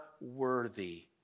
worthy